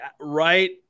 right